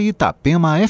Itapema